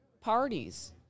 parties